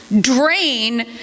drain